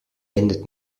endet